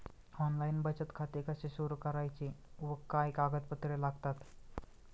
Online बचत खाते कसे सुरू करायचे व काय कागदपत्रे लागतात?